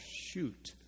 shoot